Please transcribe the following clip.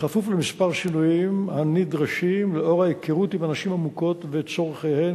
בכפוף לכמה שינויים הנדרשים לנוכח ההיכרות עם הנשים המוכות וצורכיהן,